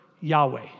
Yahweh